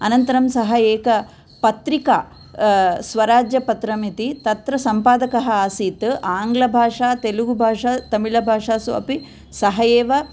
अनन्तरं सः एका पत्रिका स्वराज्यपत्रम् इति तत्र सम्पादकः आसीत् आङ्ग्लभाषा तेलगुभाषा तमिलभाषासु अपि सः एव